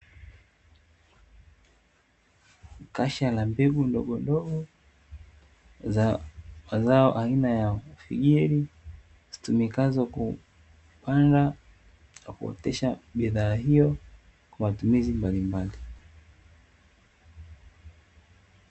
Kasha la mbegu ndogondogo la zao aina ya figiri, zitumikazo kupanda na kuotesha bidhaa hiyo kwa matumizi mbalimbali.